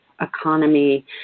economy